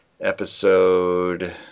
episode